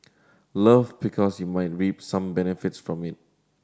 love because you might reap some benefits from it